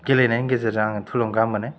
गेलेनायनि गेजेरजों आङो थुलुंगा मोनो